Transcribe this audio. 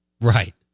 right